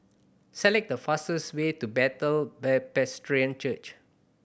select the fastest way to Bethel Presbyterian Church